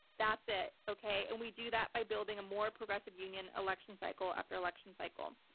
that's it. okay? and we do that by building a more progressive union, election cycle after election cycle.